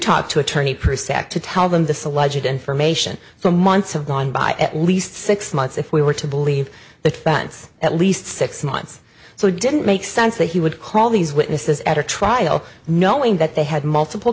talk to attorney to tell them this alleged information for months have gone by at least six months if we were to believe the balance at least six months so it didn't make sense that he would call these witnesses at a trial knowing that they had multiple